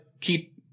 keep –